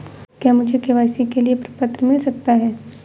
क्या मुझे के.वाई.सी के लिए प्रपत्र मिल सकता है?